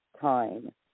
time